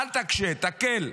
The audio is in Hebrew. אל תקשו, תקלו.